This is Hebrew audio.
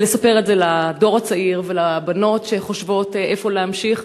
זה לספר את זה לדור הצעיר ולבנות שחושבות איפה להמשיך.